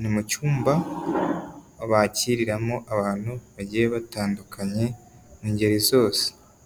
ni mu cyumba bakiriramo abantu bagiye batandukanye, ingeri zose.